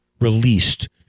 released